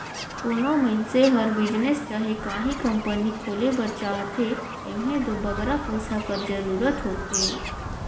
कोनो मइनसे हर बिजनेस चहे काहीं कंपनी खोले बर चाहथे एम्हें दो बगरा पइसा कर जरूरत होथे